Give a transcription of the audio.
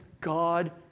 God